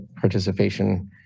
participation